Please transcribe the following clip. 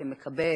כנראה היה פעם.